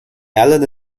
allan